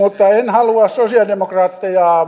halua sosiaalidemokraatteja